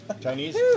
Chinese